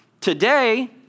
today